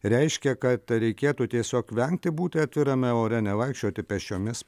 reiškia kad reikėtų tiesiog vengti būti atvirame ore nevaikščioti pėsčiomis